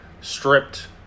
stripped